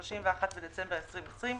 31 בדצמבר 2020,